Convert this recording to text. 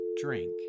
drink